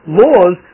laws